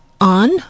on